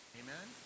amen